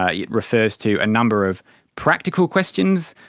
ah it refers to a number of practical questions,